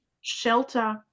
shelter